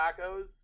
tacos